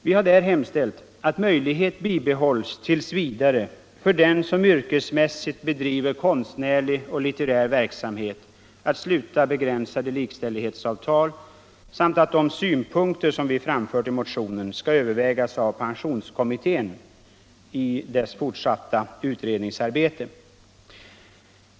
Vi begär att möjlighet bibehålls tills vidare — m.m. för den som yrkesmässigt bedriver konstnärlig och litterär verksamhet att sluta begränsade likställighetsavtal samt att de synpunkter som vi framfört i motionen skall övervägas av pensionskommittén i dess fortsatta utredningsarbete.